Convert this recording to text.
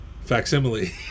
Facsimile